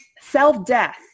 self-death